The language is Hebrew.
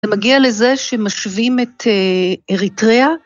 זה מגיע לזה שמשווים את אריתריאה.